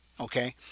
okay